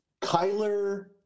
Kyler